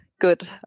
good